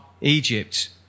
Egypt